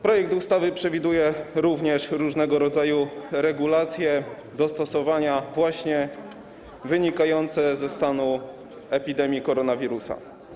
Projekt ustawy przewiduje również różnego rodzaju regulacje i dostosowania właśnie wynikające ze stanu epidemii koronawirusa.